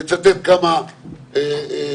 אני אצטט כמה ציטוטים: